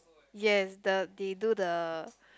yes the they do the